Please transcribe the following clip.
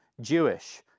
Jewish